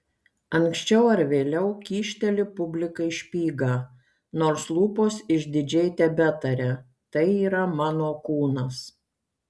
anksčiau ar vėliau kyšteli publikai špygą nors lūpos išdidžiai tebetaria tai yra mano kūnas